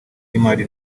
y’imari